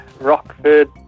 Rockford